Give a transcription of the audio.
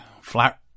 flat